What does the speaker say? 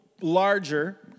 larger